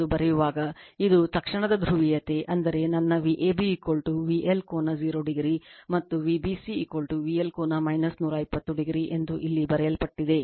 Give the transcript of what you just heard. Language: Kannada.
ಎಂದು ಬರೆಯುವಾಗ ಇದು ತಕ್ಷಣದ ಧ್ರುವೀಯತೆ ಅಂದರೆ ನನ್ನ Vab VL ಕೋನ 0o ಮತ್ತು ವಿVbc VL ಕೋನ 120o ಎಂದು ಇಲ್ಲಿ ಬರೆಯಲ್ಪಟ್ಟಿದೆ